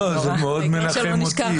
לא, זה מאוד מנחם אותי.